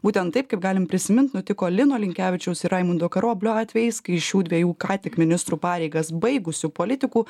būtent taip kaip galim prisimint nutiko lino linkevičiaus ir raimundo karoblio atvejais kai šių dviejų ką tik ministrų pareigas baigusių politikų